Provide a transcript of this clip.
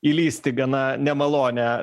įlįsti gana nemalonią